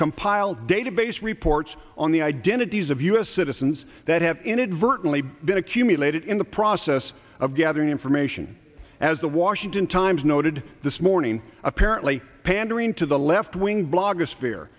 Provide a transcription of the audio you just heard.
compile database reports on the identities of u s citizens that have inadvertent been accumulated in the process of gathering information as the washington times noted this morning apparently pandering to the left wing blo